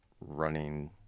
running